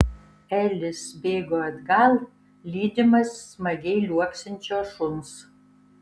elis bėgo atgal lydimas smagiai liuoksinčio šuns